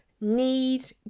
need